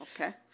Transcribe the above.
Okay